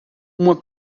uma